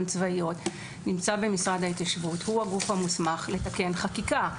צבאיות נמצא במשרד ההתיישבות הוא הגוף המוסמך לתקן חקיקה.